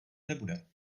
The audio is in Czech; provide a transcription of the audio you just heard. nebude